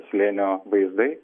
slėnio vaizdai